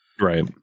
Right